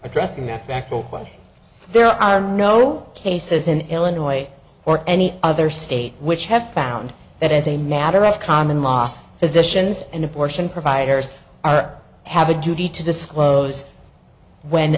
addressing that factual question there are no cases in illinois or any other state which have found that as a matter of common law physicians and abortion providers are have a duty to disclose when